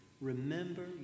Remember